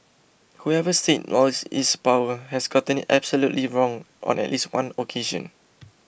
whoever said knowledge is power has gotten absolutely wrong on at least one occasion